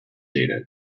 data